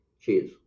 Cheers